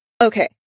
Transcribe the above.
Okay